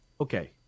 okay